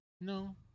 No